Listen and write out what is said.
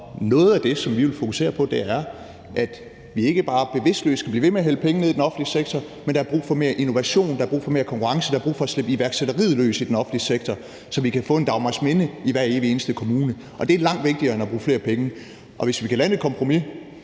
noget af det, som vi vil fokusere på, er, at vi ikke bare bevidstløst skal blive ved med at hælde penge ned i den offentlige sektor. Men der er brug for mere innovation, der er brug for mere konkurrence, og der er brug for at slippe iværksætteriet løs i den offentlige sektor, så vi kan få en Dagmarsminde i hver evig eneste kommune. Det er langt vigtigere end at bruge flere penge, og hvis vi kan lande et kompromis,